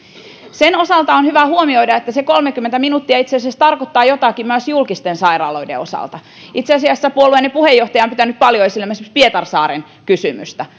sen osalta on hyvä huomioida että se kolmekymmentä minuuttia itse asiassa tarkoittaa jotakin myös julkisten sairaaloiden osalta itse asiassa puolueenne puheenjohtaja on pitänyt paljon esillä myös pietarsaaren kysymystä